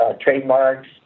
trademarks